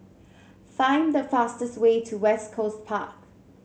find the fastest way to West Coast Park